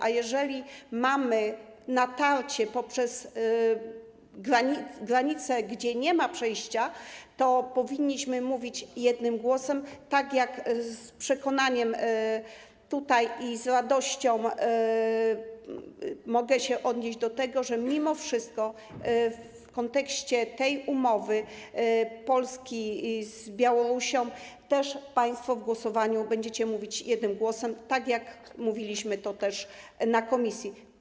A jeżeli mamy natarcie na granicę, gdzie nie ma przejścia, to powinniśmy mówić jednym głosem, tak jak z przekonaniem i z radością mogę odnieść się do tego, że mimo wszystko w kontekście tej umowy Polski z Białorusią też państwo w głosowaniu będziecie mówić jednym głosem, tak jak mówiliśmy też na posiedzeniu komisji.